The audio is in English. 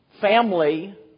family